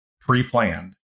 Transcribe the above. pre-planned